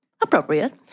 appropriate